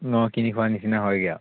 অঁ কিনি খোৱা নিচনা হয়গে আৰু